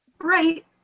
Right